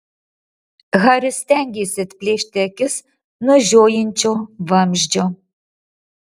haris stengėsi atplėšti akis nuo žiojinčio vamzdžio